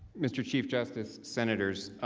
mr. chief justice, senators,